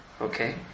Okay